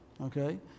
okay